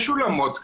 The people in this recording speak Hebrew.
יש אולמות כאלה,